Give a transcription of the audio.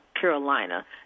Carolina